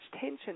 tension